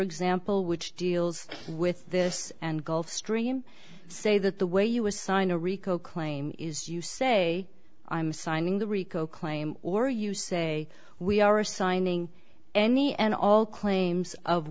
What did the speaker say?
example which deals with this and gulf stream say that the way you assign a rico claim is you say i'm signing the rico claim or you say we are signing any and all claims of